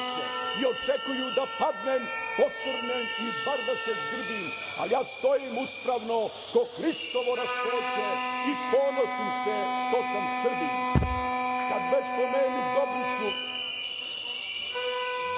i očekuju da padnem, posrnem i bar da se zgrbim, ali ja stojim uspravno ko Hristovo raspeće i ponosim se što sam Srbin.“Kad već pomenuh Dobricu,